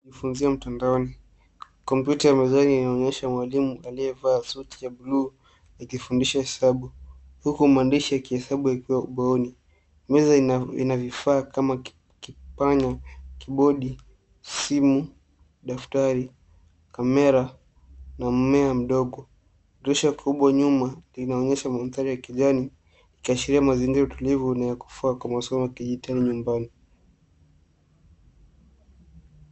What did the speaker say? Kufunzia mtandaoni. Kompyuta ya mezani inaonyesha mwalimu aliyevaa suti ya buluu akifundisha hesabu huku mwandishi akihesabu ubaoni. Meza ina vifaa kama kipanya, kibodi, simu , daftari, kamera, na mmea mdogo. Dirisha kubwa nyuma linaonyesha mandhari ya kijani ikiashiria mazingira ya utulivu na ya kufaa kwa masomo ya kidijitali nyumbani.